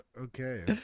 Okay